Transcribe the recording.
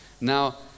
Now